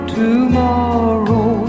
tomorrow